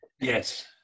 Yes